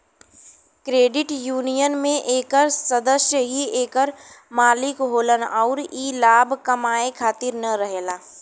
credit union में एकर सदस्य ही एकर मालिक होलन अउर ई लाभ कमाए खातिर न रहेला